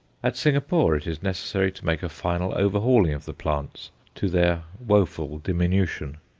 at singapore it is necessary to make a final overhauling of the plants to their woeful diminution.